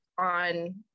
on